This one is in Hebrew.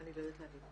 אני לא יודעת להגיד.